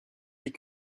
des